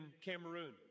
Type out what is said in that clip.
Cameroon